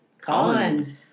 Colin